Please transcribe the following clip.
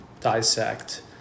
dissect